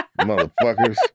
Motherfuckers